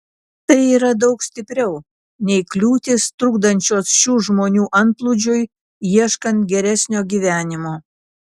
tai yra daug stipriau nei kliūtys trukdančios šių žmonių antplūdžiui ieškant geresnio gyvenimo